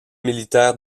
militaires